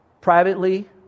privately